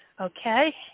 Okay